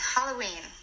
Halloween